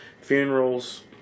funerals